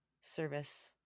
service